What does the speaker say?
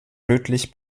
rötlich